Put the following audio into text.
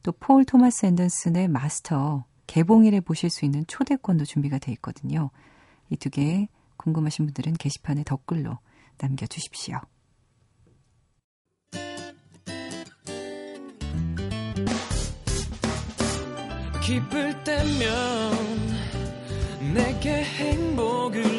또 폴 토마스 앤더슨의 마스터 개봉일에 보실 수 있는 초대권도 준비가 돼 있거든요. 이 두 개 궁금하신 분들은 게시판에 덧글로 남겨주십시오. 기쁠 때면 내게 행복을